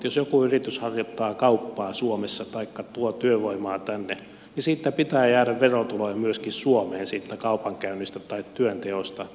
jos joku yritys harjoittaa kauppaa suomessa taikka tuo työvoimaa tänne niin pitää jäädä verotuloja myöskin suomeen siitä kaupankäynnistä tai työnteosta